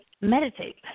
meditate